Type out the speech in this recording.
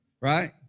right